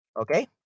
Okay